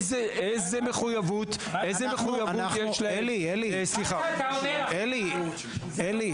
איזו מחויבות יש להם -- מה שאתה אומר עכשיו לא צריך